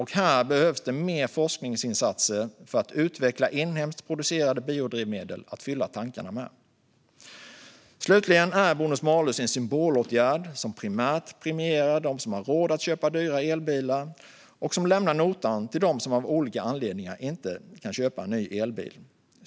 Här behövs det mer forskningsinsatser för att utveckla inhemskt producerade biodrivmedel att fylla tankarna med. Slutligen är bonus-malus en symbolåtgärd som primärt premierar dem som har råd att köpa dyra elbilar och som lämnar notan till dem som av olika anledningar inte kan köpa en ny elbil.